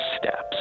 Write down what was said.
steps